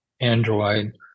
Android